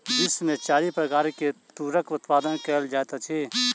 विश्व में चारि प्रकार के तूरक उत्पादन कयल जाइत अछि